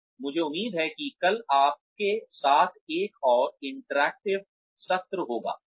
और मुझे उम्मीद है कि कल आपके साथ एक और इंटरेक्टिव सत्र होगा